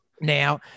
Now